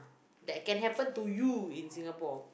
that can happen to you in Singapore